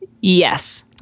yes